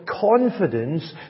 confidence